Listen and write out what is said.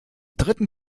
dritten